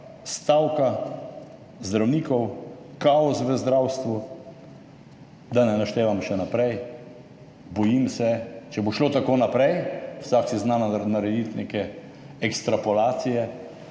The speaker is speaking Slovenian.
stavka zdravnikov, kaos v zdravstvu, da ne naštevam še naprej. Bojim se, če bo šlo tako naprej, vsak si zna narediti neke ekstrapolacije,